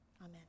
Amen